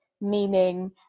meaning